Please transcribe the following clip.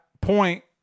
point